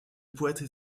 poètes